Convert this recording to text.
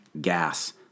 gas